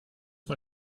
mal